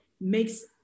makes